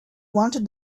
wanted